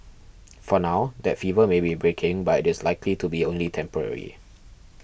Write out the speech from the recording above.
for now that fever may be breaking but it is likely to be only temporary